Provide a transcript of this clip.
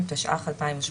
המנוי בתוספת הראשונה,